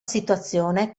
situazione